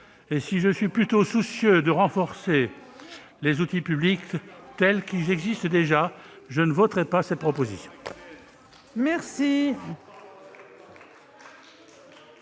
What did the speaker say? part, je suis plutôt soucieux de renforcer les outils publics tels qu'ils existent déjà. Je voterai donc contre cette proposition de loi.